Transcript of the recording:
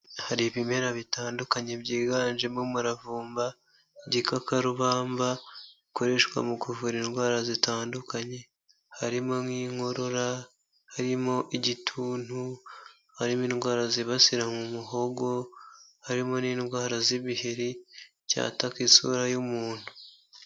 Hari ibimera bitandukanye byiganjemo umuravumba, gikakarubamba, bikoreshwa mu kuvura indwara zitandukanye harimo nk'inkorora, harimo igituntu, harimo indwara zibasira mu muhogo, harimo n'indwara z'ibiheri byataka isura y'umuntu.